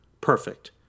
perfect